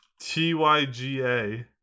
T-Y-G-A